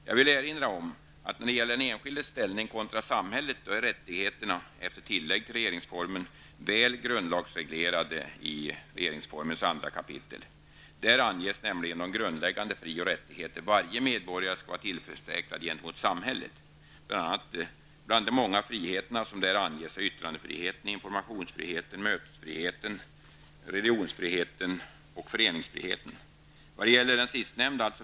Jag vill erinra om att när det gäller den enskildes ställning kontra samhället är rättigheterna, efter tillägg till regeringsformen, väl grundlagsreglerade i 2 kap. regeringsformen. Där anges nämligen de grundläggande fri och rättigheter som varje medborgare skall vara tillförsäkrad gentemot samhället. Bland de många friheter som anges där finns yttrandefrihet, informationsfrihet, mötesfrihet, religionsfrihet och föreningsfrihet.